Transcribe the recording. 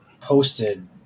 posted